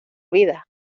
vida